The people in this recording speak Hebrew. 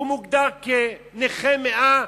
הוא מוגדר נכה 100,